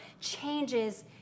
changes